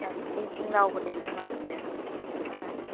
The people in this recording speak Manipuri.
ꯌꯥꯝ ꯏꯪ ꯏꯪ ꯂꯥꯎꯕꯅꯦꯕ ꯅꯨꯡꯉꯥꯏꯕꯅꯦꯕ ꯎꯝ